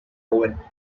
owen